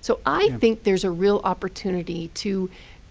so i think there's a real opportunity to